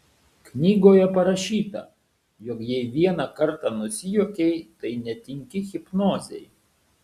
knygoje parašyta jog jei vieną kartą nusijuokei tai netinki hipnozei